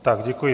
Tak děkuji.